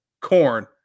corn